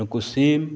ᱱᱩᱠᱩ ᱥᱤᱢ